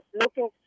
looking